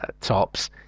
tops